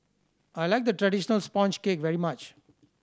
I like the traditional sponge cake very much